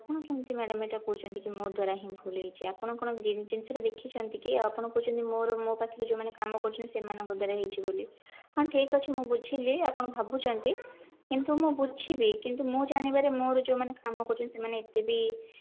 ଆପଣ କେମିତି ମାଡ଼ାମ ଏହିଟା କହୁଛନ୍ତି କି ମୋ ଦ୍ୱାରା ହିଁ ଭୁଲ ହୋଇଛି ଆପଣ କ'ଣ ଜିନିଷଟା ଦେଖିଛନ୍ତି କି ଆପଣ କହୁଛନ୍ତି ମୋର ମୋ ପାଖରେ ଯେଉଁମାନେ କାମକରୁଛନ୍ତି ସେମାନଙ୍କ ଦ୍ୱାରା ହୋଇଛି ବୋଲି ହଁ ଠିକ୍ଅଛି ମୁଁ ବୁଝିଲି ଆପଣ ଭାବୁଛନ୍ତି କିନ୍ତୁ ମୁଁ ବୁଝିବି କିନ୍ତୁ ମୁଁ ଜାଣିବାରେ ମୋର ଯେଉଁମାନେ କାମ କରୁଛନ୍ତି ସେମାନେ ଏତେ ବି